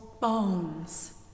bones